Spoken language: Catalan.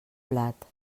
blat